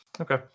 Okay